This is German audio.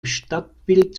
stadtbild